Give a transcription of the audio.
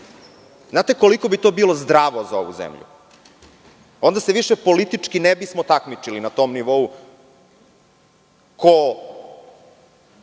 li koliko bi to bilo zdravo za ovu zemlju? Onda se više politički ne bi smo takmičili na tom nivou ko